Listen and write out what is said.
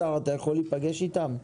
השר, אתה יכול להיפגש איתם?